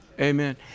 Amen